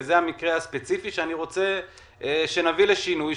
וזה המקרה הספציפי שאני רוצה שנביא לשינוי,